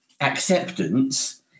acceptance